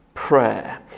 Prayer